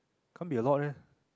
can't be a lot ah